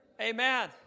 Amen